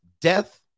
death